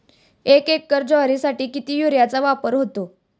एक एकर ज्वारीसाठी किती युरियाचा वापर होतो?